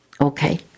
Okay